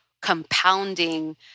compounding